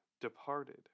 departed